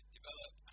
develop